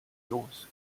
los